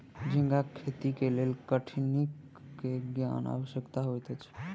झींगाक खेती के लेल कठिनी के ज्ञान आवश्यक होइत अछि